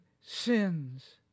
sins